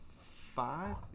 five